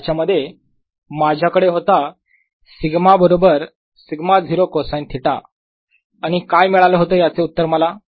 ज्याच्या मध्ये माझ्याकडे होता σ बरोबर σ0 कोसाईन थिटा आणि काय मिळालं होतं याचे उत्तर मला